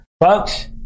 Folks